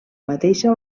mateixa